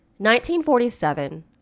1947